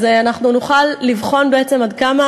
ואז אנחנו נוכל לבחון בעצם עד כמה